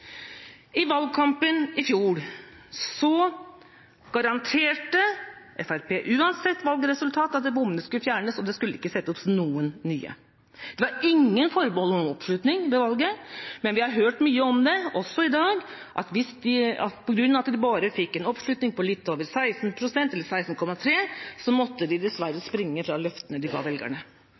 I valgkampen i fjor garanterte Fremskrittspartiet, uansett valgresultat, at bommene skulle fjernes, og det skulle ikke settes opp noen nye. Det var ingen forbehold om oppslutning ved valget. Men vi har hørt mye om det, også i dag, at på grunn av at de bare fikk en oppslutning på 16,3 pst., måtte de dessverre springe fra løftene de ga velgerne.